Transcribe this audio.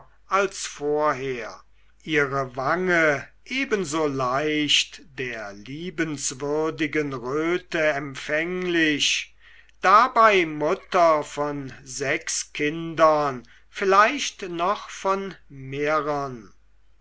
als vorher ihre wange ebenso leicht der liebenswürdigen röte empfänglich dabei mutter von sechs kindern vielleicht noch von mehrern